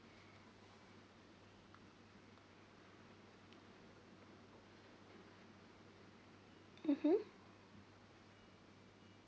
mmhmm